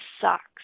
sucks